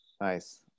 Nice